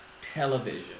television